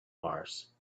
mars